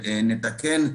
נתקן,